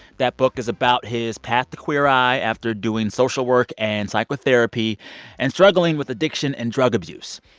that book is about his path to queer eye after doing social work and psychotherapy and struggling with addiction and drug abuse.